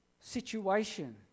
situation